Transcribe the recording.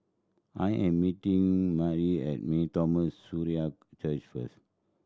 I am meeting Mari at Mar Thoma Syrian Church first